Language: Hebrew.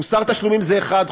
מוסר תשלומים זה אחד,